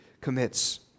commits